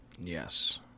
Yes